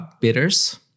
bitters